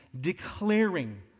declaring